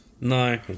No